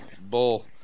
Bull